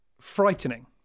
frightening